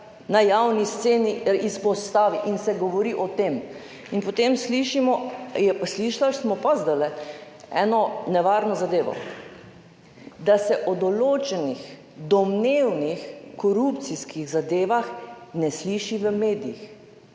na javni sceni izpostavi in se govori o tem in potem slišali smo pa zdajle eno nevarno zadevo, da se o določenih domnevnih korupcijskih zadevah ne sliši v medijih,